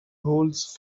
هولز